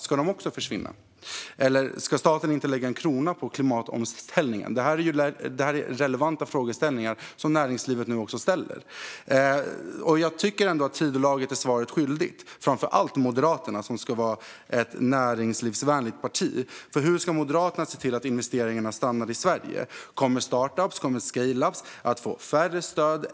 Ska de också försvinna, eller ska staten inte lägga en krona på klimatomställningen? Detta är relevanta frågor som näringslivet nu också ställer. Jag tycker att Tidölaget är svaret skyldigt, framför allt Moderaterna, som ska vara ett näringslivsvänligt parti. Hur ska Moderaterna se till att investeringarna stannar i Sverige? Kommer startups och scaleups att få mindre stöd?